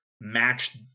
match